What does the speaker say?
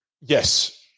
yes